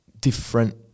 different